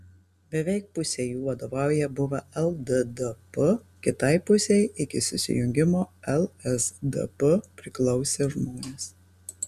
beveik pusei jų vadovauja buvę lddp kitai pusei iki susijungimo lsdp priklausę žmonės